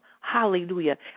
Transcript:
Hallelujah